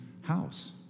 house